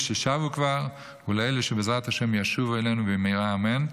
ששבו כבר ולאלה שבעזרת השם ישובו אלינו במהרה אמן.